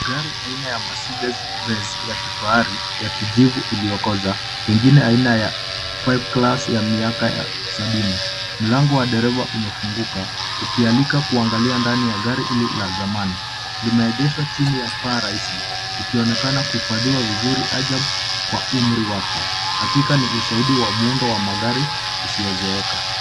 Gari aina ya Mercedes Benz ya kifahari ya kijivu iliyokoza pengine aina ya five class ya miaka ya sabini ,mlango wa dereva umefunguka ukialika kuangalia ndani ya gari hili la zamani limeegeshwa chini ya paa rahisi ikionekana kuhifadhiwa vizuri ajabu kwa umri wake hakika ni ushahidi wa muundo wa magari isiyozeeka.